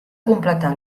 completar